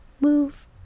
move